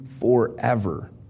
forever